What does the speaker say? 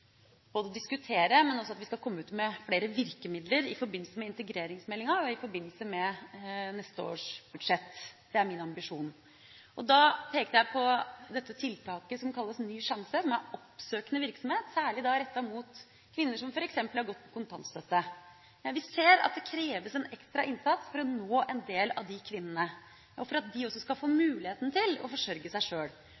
diskutere, men også at vi skal komme ut med flere virkemidler i forbindelse med integreringsmeldinga og i forbindelse med neste års budsjett. Det er min ambisjon. Da pekte jeg på dette tiltaket som kalles Ny sjanse, som er oppsøkende virksomhet særlig rettet mot kvinner som f.eks. har gått på kontantstøtte. Men vi ser at det kreves en ekstra innsats for å nå en del av de kvinnene og for at de også skal få